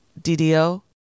ddo